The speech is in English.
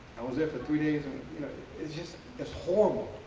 i was there for three days and, you know, it's just it's horrible.